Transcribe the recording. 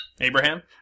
Abraham